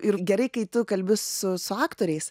ir gerai kai tu kalbi su su aktoriais